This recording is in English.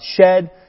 shed